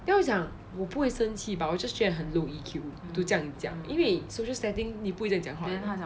then 我讲我不会生气 but 我 just 觉得很 low E_Q 就这样子讲因为 social standing 你不会这样讲话的